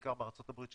בעיקר בארצות הברית,